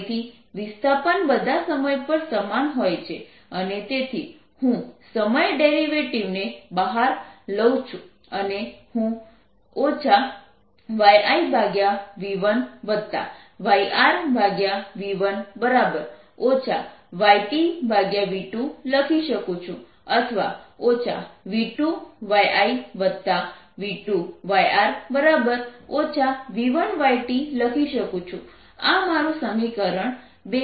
ફરીથી વિસ્થાપન બધા સમય પર સમાન હોય છે અને તેથી હું સમય ડેરિવેટિવ ને બહાર લઉ છું અને હું yIv1yRv1 yTv2 લખી શકું છું અથવા v2yIv2yR v1yT લખી શકું છું આ મારું સમીકરણ બે છે